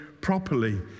properly